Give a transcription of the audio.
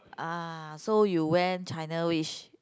ah so you went China which